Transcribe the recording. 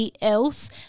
else